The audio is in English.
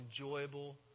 enjoyable